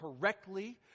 correctly